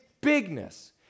bigness